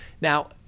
Now